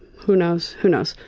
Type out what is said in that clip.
who knows? who knows?